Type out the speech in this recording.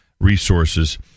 resources